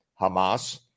Hamas